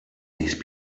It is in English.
these